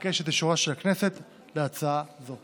אבקש את אישורה של הכנסת להצעה זו.